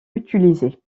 utilisé